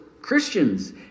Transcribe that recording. Christians